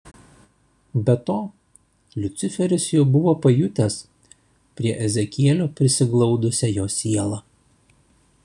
be to liuciferis jau buvo pajutęs prie ezekielio prisiglaudusią jos sielą